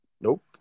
Nope